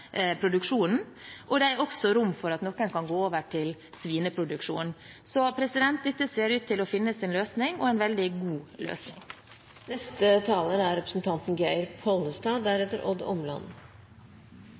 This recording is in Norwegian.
produksjonen – og det er også rom for at noen kan gå over til svineproduksjon. Så dette ser ut til å finne sin løsning, og en veldig god løsning.